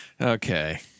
Okay